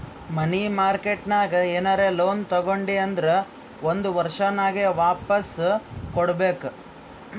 ಮನಿ market ನಾಗ್ ಏನರೆ loan ತಗೊಂಡಿ ಅಂದುರ್ ಒಂದ್ ವರ್ಷನಾಗೆ ವಾಪಾಸ್ ಕೊಡ್ಬೇಕ್